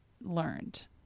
learned